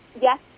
yes